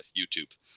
youtube